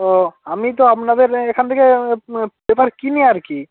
ও আমি তো আপনাদের এখান থেকে পেপার কিনি আর কি